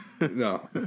no